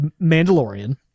mandalorian